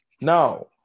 Now